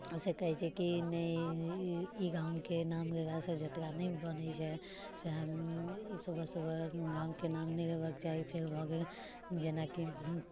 से कहै छै कि नहि ई ई गामके नाम लेलासँ यात्रा नहि बनै छै से हम ई सुबह सुबह गामके नाम नहि लेबक चाही फेर भऽ गेलै जेनाकि